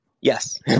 Yes